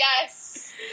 yes